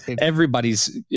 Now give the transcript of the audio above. everybody's